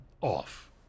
off